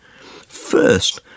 First